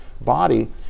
body